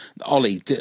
Ollie